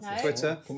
Twitter